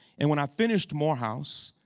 and when i finished morehouse,